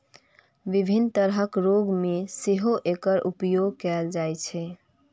विभिन्न तरहक रोग मे सेहो एकर उपयोग कैल जाइ छै